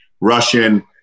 Russian